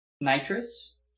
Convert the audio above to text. nitrous